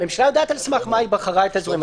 הממשלה יודעת על סמך מה היא בחרה את האזורים האלה.